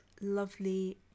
lovely